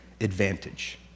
advantage